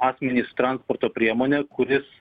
asmenį su transporto priemone kuris